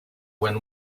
when